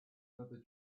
another